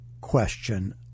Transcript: question